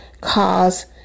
cause